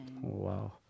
Wow